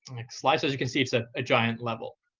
next slide. so as you can see, it's a giant level.